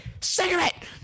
Cigarette